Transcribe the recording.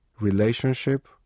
relationship